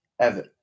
Evan